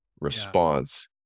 response